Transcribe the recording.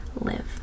live